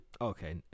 okay